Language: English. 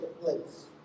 place